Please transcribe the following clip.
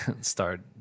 start